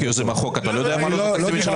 אתה כיוזם החוק לא יודע מה העלות התקציבית?